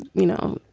you know,